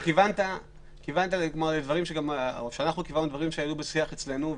כיוונת לדברים שהיו בשיח אצלנו.